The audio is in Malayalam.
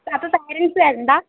അപ്പോൾ പേരെന്റ്സ് വരണ്ടെ